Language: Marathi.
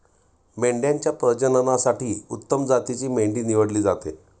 मेंढ्यांच्या प्रजननासाठी उत्तम जातीची मेंढी निवडली जाते